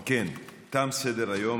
אם כן, תם סדר-היום.